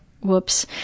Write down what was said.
whoops